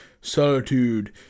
Solitude